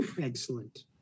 Excellent